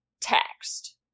text